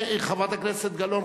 חברת הכנסת גלאון,